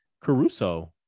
Caruso